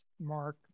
Mark